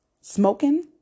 Smoking